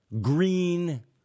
green